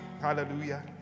Hallelujah